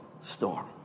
storm